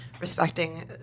respecting